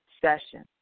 session